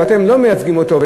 ואתם לא מייצגים אותו,